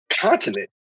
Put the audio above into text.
continent